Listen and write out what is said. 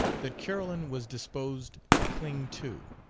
that carolyn was disposed to cling too.